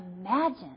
imagine